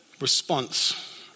response